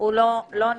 הוא לא נשמע.